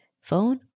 phone